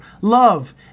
love